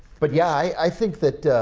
but, yeah, i think that